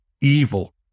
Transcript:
evil